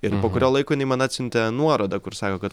ir po kurio laiko jinai man atsiuntė nuorodą kur sako kad